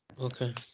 Okay